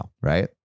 right